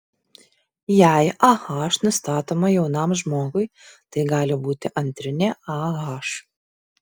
jei ah nustatoma jaunam žmogui tai gali būti antrinė ah